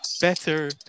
better